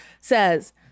says